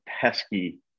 pesky